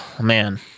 man